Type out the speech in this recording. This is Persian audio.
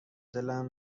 ﺩﻟﻢ